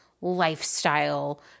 lifestyle